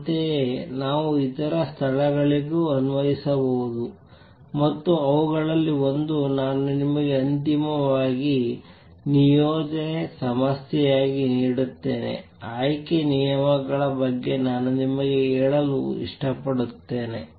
ಅಂತೆಯೇ ನಾವು ಇತರ ಸ್ಥಳಗಳಿಗೂ ಅನ್ವಯಿಸಬಹುದು ಮತ್ತು ಅವುಗಳಲ್ಲಿ ಒಂದು ನಾನು ನಿಮಗೆ ಅಂತಿಮವಾಗಿ ನಿಯೋಜನೆ ಸಮಸ್ಯೆಯಾಗಿ ನೀಡುತ್ತೇನೆ ಆಯ್ಕೆ ನಿಯಮಗಳ ಬಗ್ಗೆ ನಾನು ನಿಮಗೆ ಹೇಳಲು ಇಷ್ಟಪಡುತ್ತೇನೆ